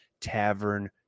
Tavern